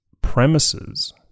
Premises